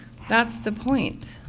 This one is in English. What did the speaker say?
that's the point.